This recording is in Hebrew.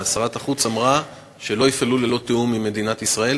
שרת החוץ אמרה שלא יפעלו ללא תיאום עם מדינת ישראל.